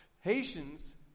Haitians